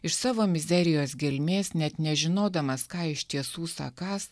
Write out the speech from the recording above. iš savo mizerijos gelmės net nežinodamas ką iš tiesų sakantis